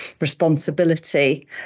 responsibility